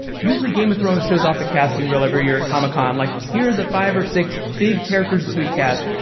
usually, game of thrones shows off a casting reel every year at comic-con, like, here are the five or six big characters that we've cast.